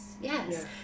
yes